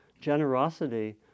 generosity